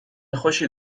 خوشی